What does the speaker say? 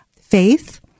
faith